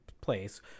place